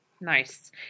Nice